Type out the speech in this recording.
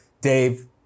Dave